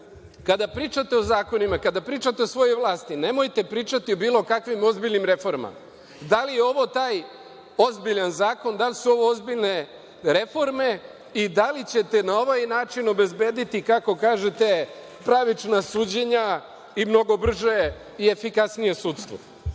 pričate o zakonima, kada pričate o svojoj vlasti, nemojte pričati o bilo kakvim ozbiljnim reformama. Da li je ovo taj ozbiljan zakon, da li su ovo ozbiljne reforme i da li ćete na ovaj način obezbediti, kako kažete, pravična suđenja i mnogo brže i efikasnije sudstvo?